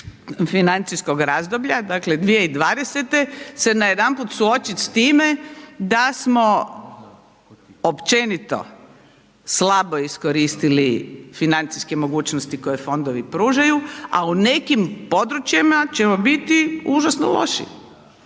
financijskog razdoblja, dakle, 2020. se najedanput suočit s time da smo općenito slabo iskoristili financijske mogućnosti koje fondovi pružaju, a u nekim područjima ćemo biti užasno loši,